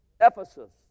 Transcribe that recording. Ephesus